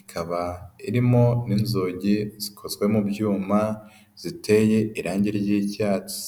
ikaba irimo n'inzugi zikozwe mu byuma ziteye irangi ry'icyatsi.